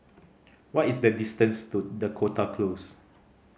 what is the distance to Dakota Close